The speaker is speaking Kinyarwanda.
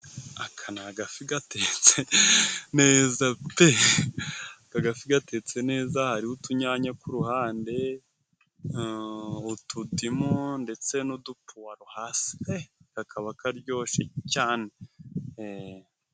Aka ni agafi gatetse neza pe! Agafi gatetse neza hariho utunyanya ku ruhande, utudimu ndetse n'udupuwaro hasi, kakaba karyoshe cyane.